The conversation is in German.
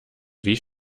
wie